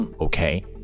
okay